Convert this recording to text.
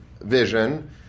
vision